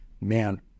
man